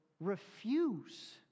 refuse